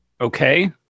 Okay